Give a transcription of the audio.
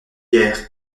guerres